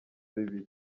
bibiri